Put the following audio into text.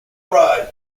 ride